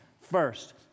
First